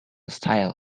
style